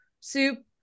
soup